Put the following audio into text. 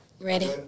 Ready